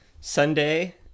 Sunday